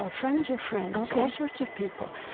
ah friends of friends, all sorts of people.